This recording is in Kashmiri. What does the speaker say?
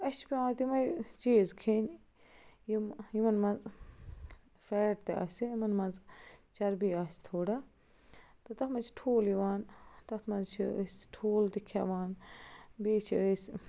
اَسہِ چھِ پیٚوان تِمے چیٖز کھیٚنۍ یِم یِمن منٛز فیٹ تہِ آسہِ یِمن منٛز چربی آسہِ تھوڑا تہٕ تَتھ منٛز چھِ ٹھوٗل یِوان تَتھ منٛز چھِ أسۍ ٹھوٗل تہِ کھیٚوان بیٚیہِ چھِ أسۍ